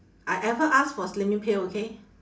I ever ask for slimming pill okay